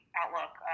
outlook